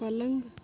पलंग